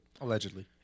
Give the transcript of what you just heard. Allegedly